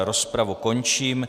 Rozpravu končím.